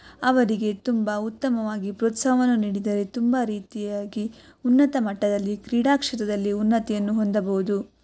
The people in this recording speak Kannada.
ಅವರಿಗೆ ತುಂಬ ಉತ್ತಮವಾಗಿ ಪ್ರೋತ್ಸಾಹವನ್ನು ನೀಡಿದರೆ ತುಂಬ ರೀತಿಯಾಗಿ ಉನ್ನತ ಮಟ್ಟದಲ್ಲಿ ಕ್ರೀಡಾಕ್ಷೇತ್ರದಲ್ಲಿ ಉನ್ನತಿಯನ್ನು ಹೊಂದಬಹುದು